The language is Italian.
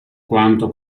quanto